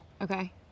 Okay